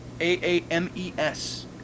A-A-M-E-S